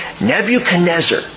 Nebuchadnezzar